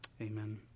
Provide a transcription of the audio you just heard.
Amen